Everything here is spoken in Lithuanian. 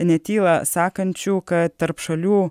netyla sakančių kad tarp šalių